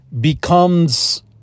becomes